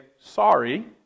sorry